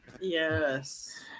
Yes